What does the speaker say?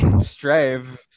strive